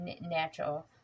natural